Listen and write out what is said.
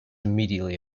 immediately